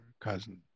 cousin